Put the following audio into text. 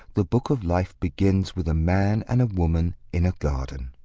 the book of life begins with a man and a woman in a garden.